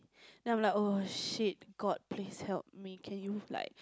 then I'm like oh shit god please help me can you like